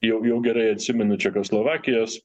jau jau gerai atsimenu čekoslovakijos